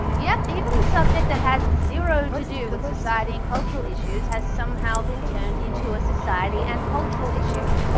yep, even the subject that has zero to do with society and cultural issues, has somehow been turned into a society and cultural issue.